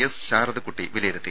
S Sharadakutty വില യിരുത്തി